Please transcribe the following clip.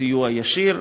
בסיוע ישיר.